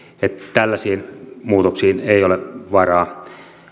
tällaisiin muutoksiin ei ole varaa